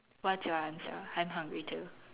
what's your answer I'm hungry too